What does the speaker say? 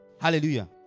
Hallelujah